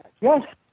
yes